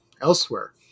elsewhere